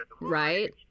Right